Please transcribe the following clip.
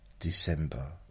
December